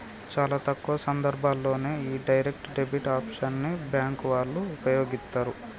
చాలా తక్కువ సందర్భాల్లోనే యీ డైరెక్ట్ డెబిట్ ఆప్షన్ ని బ్యేంకు వాళ్ళు వుపయోగిత్తరు